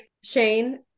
Shane